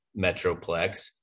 metroplex